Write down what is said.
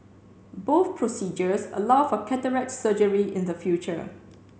both procedures allow for cataract surgery in the future